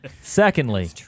Secondly